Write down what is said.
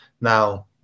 Now